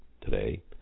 today